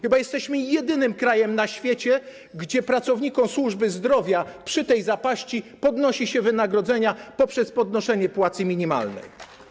Chyba jesteśmy jedynym krajem na świecie, gdzie pracownikom służby zdrowia przy tej zapaści podnosi się wynagrodzenia poprzez podnoszenie płacy minimalnej.